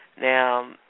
Now